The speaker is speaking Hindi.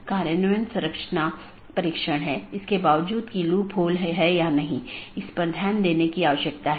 तो ऑटॉनमस सिस्टम या तो मल्टी होम AS या पारगमन AS हो सकता है